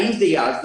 האם זה יעזור?